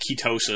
ketosis